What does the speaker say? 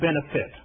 benefit